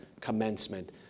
commencement